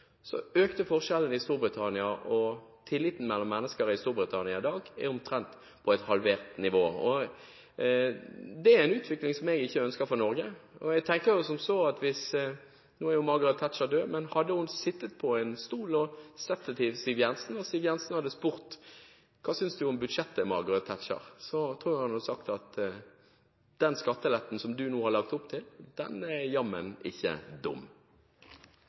så: Margaret Thatcher er jo død, men hadde hun sittet på en stol og sett budsjettet til Siv Jensen, og Siv Jensen hadde spurt «Hva synes du om budsjettet, Margaret Thatcher?», tror jeg hun hadde sagt at den skatteletten som du har lagt opp til, er neimen ikke dum.